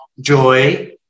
joy